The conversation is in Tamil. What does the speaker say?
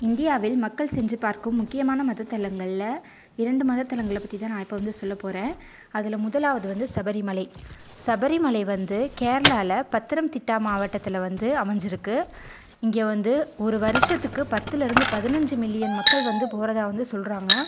இந்தியாவில் மக்கள் சென்று பார்க்கும் முக்கியமான மத தலங்களில் இரண்டு மத தலங்களை பற்றி தான் நான் இப்போ வந்து சொல்ல போகிறேன் அதில் முதலாவது வந்து சபரிமலை சபரிமலை வந்து கேரளாவில் பத்திரம்திட்டா மாவட்டத்தில் வந்து அமைஞ்சிருக்குது இங்கே வந்து ஒரு வருஷத்துக்கு பத்தில் இருந்து பதினஞ்சு மில்லியன் மக்கள் வந்து போகிறதா வந்து சொல்கிறாங்க